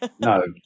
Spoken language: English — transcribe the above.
no